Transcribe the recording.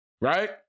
Right